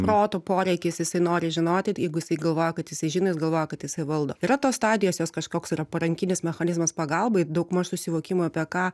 proto poreikis jisai nori žinoti ir jeigu jisai galvoja kad jisai žino jis galvoja kad jisai valdo yra tos stadijos jos kažkoks yra parankinis mechanizmas pagalba ir daugmaž susivokimo apie ką